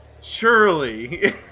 Surely